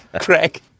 Craig